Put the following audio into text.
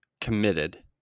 Committed